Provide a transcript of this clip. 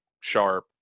Sharp